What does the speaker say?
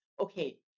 okay